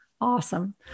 Awesome